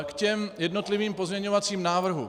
K těm jednotlivým pozměňovacím návrhům.